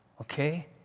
okay